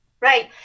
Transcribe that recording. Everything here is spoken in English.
Right